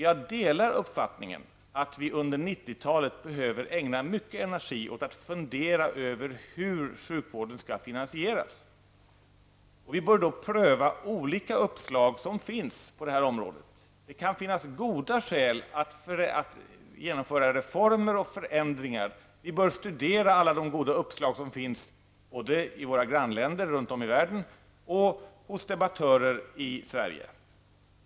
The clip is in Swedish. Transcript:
Jag delar uppfattningen att vi under 1990-talet behöver ägna mycket energi åt att fundera över hur sjukvården skall finansieras, och vi bör då pröva olika uppslag som finns på det här området. Det kan finnas goda skäl att genomföra reformer och förändringar. Vi bör studera alla de goda uppslag som finns i våra grannländer, runt om i världen och hos debattörer i Sverige.